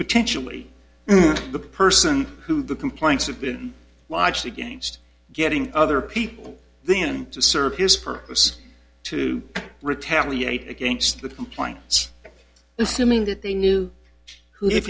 potentially the person who the complaints have been lodged against getting other people then to serve his purpose to retaliate against the complaints assuming that they knew